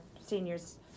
seniors